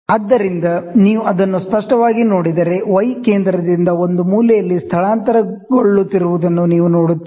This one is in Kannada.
ಆದ್ದರಿಂದ ನೀವು ಅದನ್ನು ಸ್ಪಷ್ಟವಾಗಿ ನೋಡಿದರೆ y ಕೇಂದ್ರದಿಂದ ಒಂದು ಮೂಲೆಯಲ್ಲಿ ಸ್ಥಳಾಂತರಗೊಳ್ಳುತ್ತಿರುವುದನ್ನು ನೀವು ನೋಡುತ್ತೀರಿ